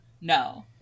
No